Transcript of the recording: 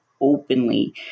openly